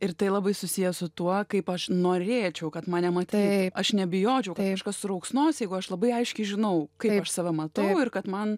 ir tai labai susiję su tuo kaip aš norėčiau kad mane matytų aš nebijočiau kad kažkas surauks nosį jeigu aš labai aiškiai žinau kaip aš save matau ir kad man